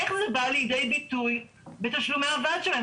איך זה בא לידי ביטוי בתשלומי הוועד שלהם?